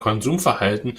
konsumverhalten